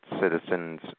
Citizens